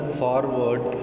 forward